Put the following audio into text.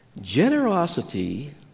Generosity